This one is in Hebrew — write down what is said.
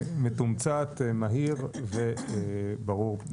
מתומצת, מהיר וברור.